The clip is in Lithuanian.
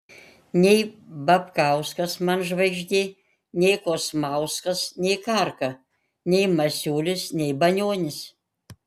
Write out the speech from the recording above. nei babkauskas man žvaigždė nei kosmauskas nei karka nei masiulis nei banionis